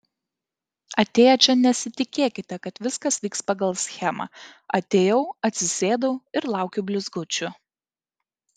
atėję čia nesitikėkite kad viskas vyks pagal schemą atėjau atsisėdau ir laukiu blizgučių